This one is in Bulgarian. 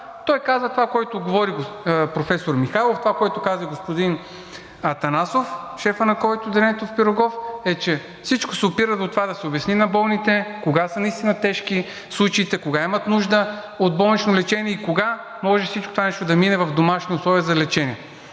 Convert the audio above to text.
Той каза това, което говори професор Михайлов. Това, което каза и господин Атанасов – шефът на ковид отделението в „Пирогов“, е, че всичко опира до това да се обясни на болните кога наистина са тежки случаите, кога имат нужда от болнично лечение и кога може всичко това нещо да мине в домашни условия за лечение.